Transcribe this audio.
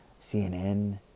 CNN